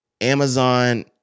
Amazon